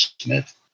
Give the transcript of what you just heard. Smith